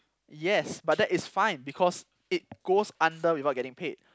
yes but that is fine because it goes under without getting paid